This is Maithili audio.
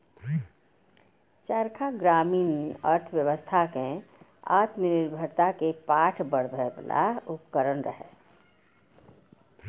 चरखा ग्रामीण अर्थव्यवस्था कें आत्मनिर्भरता के पाठ पढ़बै बला उपकरण रहै